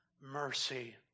mercy